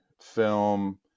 film